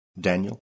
Daniel